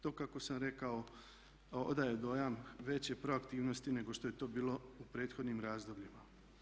To kako sam rekao odaje dojam veće proaktivnosti nego što je to bilo u prethodnim razdobljima.